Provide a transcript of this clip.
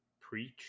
preach